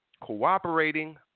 cooperating